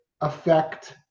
affect